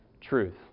truth